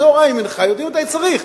צהריים, מנחה, יודעים מתי צריך.